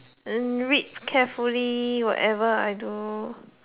hmm read carefully whatever I do